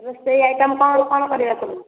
ରୋଷେଇ ଆଇଟମ କ'ଣ କ'ଣ କରିବା ସବୁ